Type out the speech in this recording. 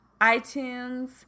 iTunes